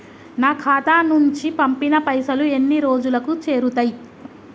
నా ఖాతా నుంచి పంపిన పైసలు ఎన్ని రోజులకు చేరుతయ్?